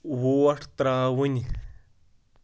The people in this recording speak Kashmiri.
وۄٹھ ترٛاوٕنۍ